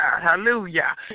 Hallelujah